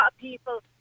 people